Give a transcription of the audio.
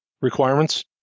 requirements